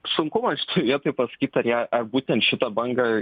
sunku man šitoj vietoj pasakyt ar ją ar būtent šitą bangą